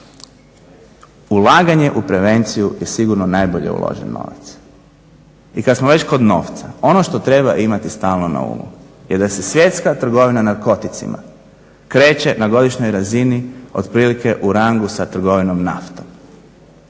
Ulaganje u prevenciju je sigurno uložen novac i kad smo već kod novca, ono što treba imati stalno na umu je da se svjetska trgovina narkoticima kreće na godišnjoj razini otprilike u rangu sa trgovinom naftom.